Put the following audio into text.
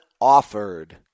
offered